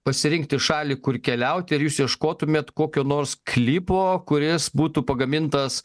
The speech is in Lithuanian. pasirinkti šalį kur keliauti ar jūs ieškotumėt kokio nors klipo kuris būtų pagamintas